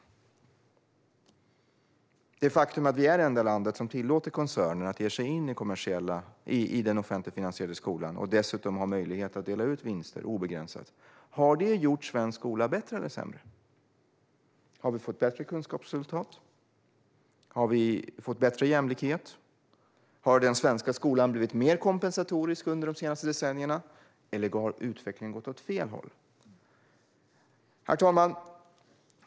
Har det faktum att vi är det enda land som tillåter koncerner att ge sig in i den offentligt finansierade skolan och dessutom ha möjlighet att dela ut vinster obegränsat gjort svensk skola bättre eller sämre? Har vi fått bättre kunskapsresultat? Har vi fått mer jämlikhet? Har den svenska skolan blivit mer kompensatorisk under de senaste decennierna? Eller har utvecklingen gått åt fel håll? Herr talman!